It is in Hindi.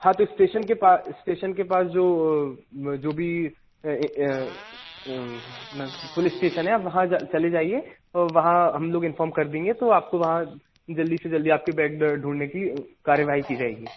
हाँ तो स्टेशन के पा स्टेशन के पास जो जो भी अपना पुलिस स्टेशन है आप वहाँ जा चले जाइए तो वो वहाँ हम लोग इंफ़ॉर्म कर देंगे तो आपको वहाँ जल्दी से जल्दी आपके बैग ढ ढूँढने की कार्रवाई की जाएगी